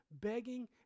begging